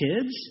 kids